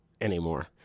anymore